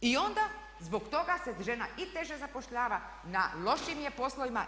I onda zbog toga se žena i teže zapošljava, na lošijim je poslovima.